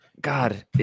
God